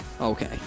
Okay